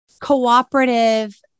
cooperative